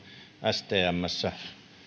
stmssä